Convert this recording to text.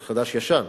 חדש-ישן,